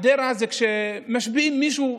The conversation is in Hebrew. אדרה זה כשמשביעים מישהו: